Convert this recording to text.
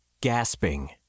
gasping